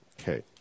Okay